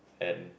and